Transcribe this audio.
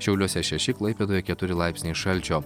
šiauliuose šeši klaipėdoje keturi laipsniai šalčio